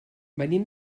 venim